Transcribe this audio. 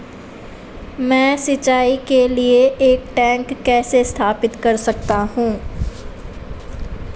मैं सिंचाई के लिए एक टैंक कैसे स्थापित कर सकता हूँ?